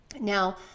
Now